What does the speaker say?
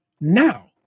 now